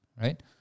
Right